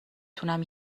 تونم